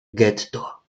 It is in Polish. getto